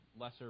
lesser